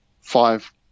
five